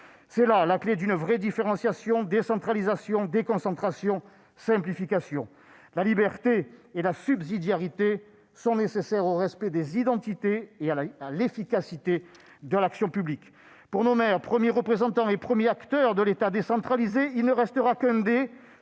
C'est là la clé d'une réelle « différenciation, décentralisation, déconcentration, simplification ». La liberté et la subsidiarité sont nécessaires au respect des identités et à l'efficacité de l'action publique. Pour nos maires, premiers représentants et premiers acteurs de l'État décentralisé, il ne restera qu'un D,